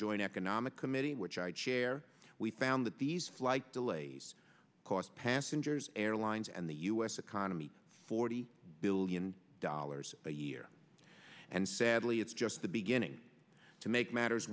joint economic committee which i chair we found that these flight delays cost passengers airlines and the us economy forty billion dollars a year and sadly it's just the beginning to make matters